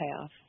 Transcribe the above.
payoff